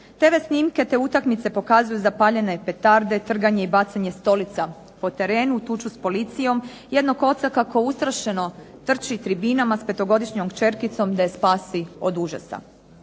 TV snimke te utakmice pokazuju zapaljene petarde, trganje i bacanje stolica po terenu, tuču s policijom, jednog oca kako ustrašeno trči tribinama s petogodišnjom kćerkicom da je spasi od užasa.